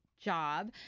job